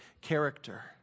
character